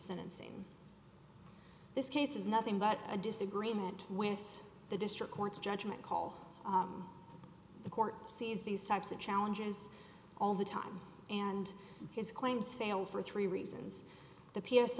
sentencing this case is nothing but a disagreement with the district court's judgment call the court sees these types of challenges all the time and his claims fail for three reasons the p